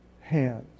hands